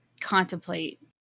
contemplate